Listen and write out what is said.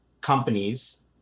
companies